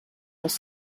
was